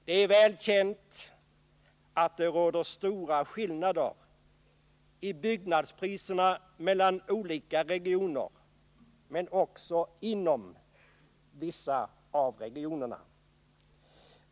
Det är väl känt att det råder stora skillnader mellan byggnadspriserna mellan olika regioner men också inom vissa av regionerna.